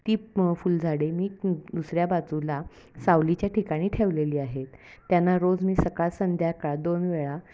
ती फुलझाडे मी दुसऱ्या बाजूला सावलीच्या ठिकाणी ठेवलेली आहेत त्यांना रोज मी सकाळ संध्याकाळ दोन वेळा